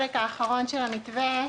אני מחדש את ישיבת ועדת הכספים.